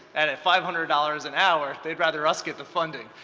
at at five hundred dollars an hour, they would rather us get the funding.